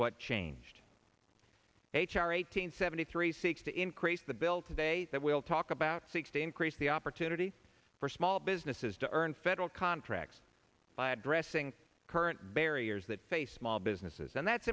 what changed h r eight hundred seventy three seeks to increase the bill today that we'll talk about sixty increase the opportunity for small businesses to earn federal contracts by addressing current barriers that face small businesses and that's